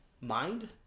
mind